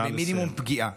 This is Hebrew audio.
נא לסיים.